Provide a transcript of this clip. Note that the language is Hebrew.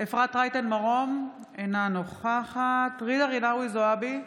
אפרת רייטן מרום, אינה נוכחת ג'ידא רינאוי זועבי,